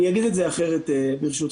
אני אגיד את זה אחרת, ברשותך.